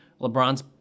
LeBron's